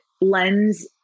lens